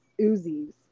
Uzis